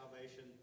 salvation